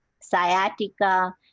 sciatica